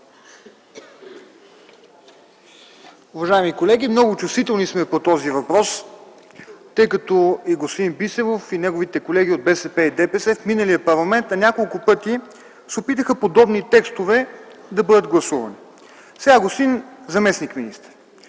Уважаеми колеги, много сме чувствителни по този въпрос, тъй като и господин Бисеров, и неговите колеги от БСП и ДПС в миналия парламент няколко пъти се опитаха подобни текстове да бъдат гласувани. Господин заместник-министър,